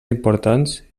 importants